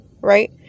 right